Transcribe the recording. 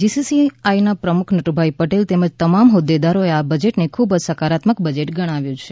જી C C આઈના પ્રમુખ નટુભાઇ પટેલ તેમજ તમામ હોદ્દેદારોએ આ બજેટને ખૂબજ સકારાત્મક બજેટ ગણાવ્યું છે